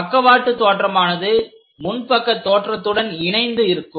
பக்கவாட்டு தோற்றமானது முன்பக்க தோற்றத்துடன் இணைந்து இருக்கும்